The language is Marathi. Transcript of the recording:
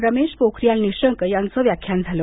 रमेश पोखरियाल निशंक यांचं व्याख्यान झालं